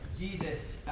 Jesus